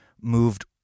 moved